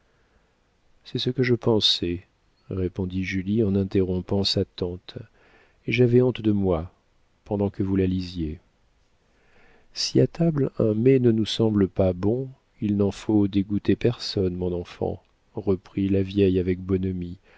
c'est ce que je pensais répondit julie en interrompant sa tante et j'avais honte de moi pendant que vous la lisiez si à table un mets ne nous semble pas bon il n'en faut dégoûter personne mon enfant reprit la vieille avec bonhomie